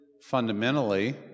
fundamentally